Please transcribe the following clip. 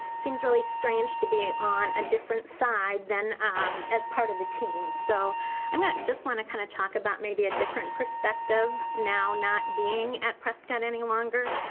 seems really strange to be on a different side than as part of the team. so i mean i just wanna kinda talk about maybe a different perspective. now not being at prescott any longer.